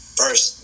first